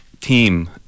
team